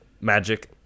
Magic